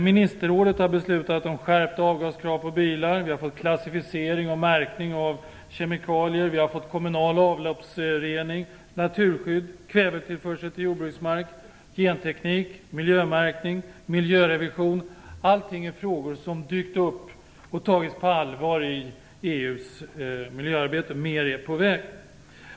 Ministerrådet har beslutat om skärpta avgaskrav på bilar, vi har fått klassificering och märkning av kemikalier, vi har fått kommunal avloppsrening, naturskydd, kvävetillförsel till jordbrukskmark, genteknik, miljömärkning, miljörevision - allt detta är frågor som har dykt upp och tagits på allvar i EU:s miljöarbete. Och mer är på väg.